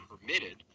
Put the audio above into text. permitted